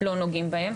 לא נוגעים בהם.